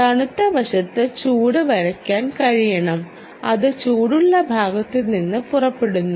തണുത്ത വശത്ത് ചൂട് വരയ്ക്കാൻ കഴിയണം അത് ചൂടുള്ള ഭാഗത്ത് നിന്ന് പുറപ്പെടുന്നു